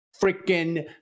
freaking